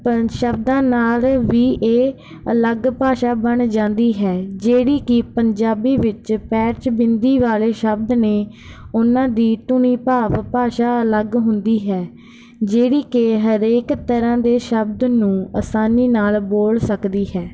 ਪਰ ਸ਼ਬਦਾਂ ਨਾਲ ਵੀ ਇਹ ਅਲੱਗ ਭਾਸ਼ਾ ਬਣ ਜਾਂਦੀ ਹੈ ਜਿਹੜੀ ਕਿ ਪੰਜਾਬੀ ਵਿੱਚ ਪੈਰ 'ਚ ਬਿੰਦੀ ਵਾਲੇ ਸ਼ਬਦ ਨੇ ਉਹਨਾਂ ਦੀ ਧੁਨੀ ਭਾਵ ਭਾਸ਼ਾ ਅਲੱਗ ਹੁੰਦੀ ਹੈ ਜਿਹੜੀ ਕਿ ਹਰੇਕ ਤਰ੍ਹਾਂ ਦੇ ਸ਼ਬਦ ਨੂੰ ਆਸਾਨੀ ਨਾਲ ਬੋਲ ਸਕਦੀ ਹੈ